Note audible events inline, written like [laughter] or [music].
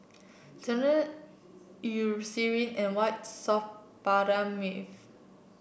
Sebamed Eucerin and White Soft [unintelligible]